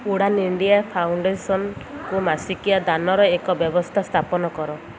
Udaan India ଫାଉଣ୍ଡେସନ୍କୁ ମାସିକିଆ ଦାନର ଏକ ବ୍ୟବସ୍ଥା ସ୍ଥାପନ କର